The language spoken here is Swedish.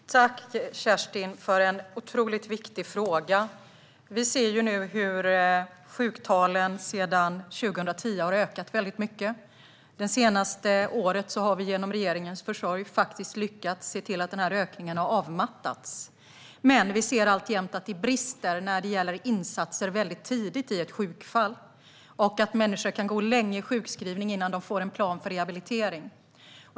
Herr talman! Tack, Kerstin, för en otroligt viktig fråga! Vi ser nu hur sjuktalen sedan 2010 har ökat väldigt mycket. Det senaste året har vi genom regeringens försorg faktiskt lyckats se till att denna ökning har avmattats. Men vi ser att det alltjämt brister när det gäller insatser tidigt i ett sjukfall och att människor kan gå sjukskrivna länge innan de får en plan för rehabilitering.